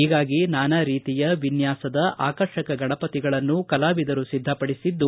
ಹೀಗಾಗಿ ನಾನಾ ರೀತಿಯ ವಿನ್ಞಾಸದ ಆಕರ್ಷಕ ಗಣಪತಿಗಳನ್ನು ಕಲಾವಿದರು ಸಿದ್ದಪಡಿಸಿದ್ದು